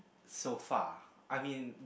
so far I mean